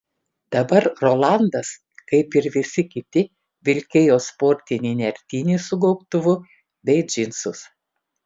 dabar rolandas kaip ir visi kiti vilkėjo sportinį nertinį su gobtuvu bei džinsus